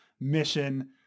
mission